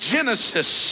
Genesis